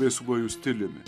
laisvuoju stiliumi